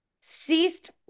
Ceased